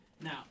Now